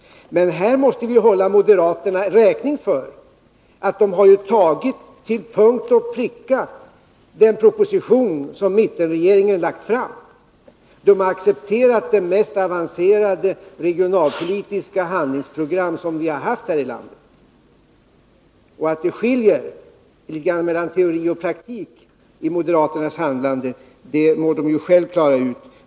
Men här måste vi hålla moderaterna räkning för att de till punkt och pricka har följt den proposition som mittenregeringen lagt fram. De har accepterat det mest avancerade regionalpolitiska handlingsprogram som vi har haft här i landet. Att det skiljer litet grand mellan teori och praktik i moderaternas handlande må de själva klara ut.